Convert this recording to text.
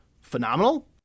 phenomenal